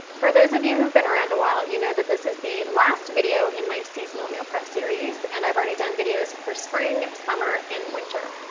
for those of you who've been around a while, you know that this is the last video in my seasonal meal prep series, and i've already done videos for spring, summer, and winter.